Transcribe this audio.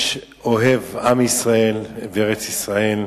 איש אוהב עם ישראל וארץ-ישראל.